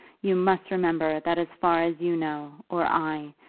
you must remember that as far as you know, or i,